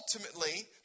ultimately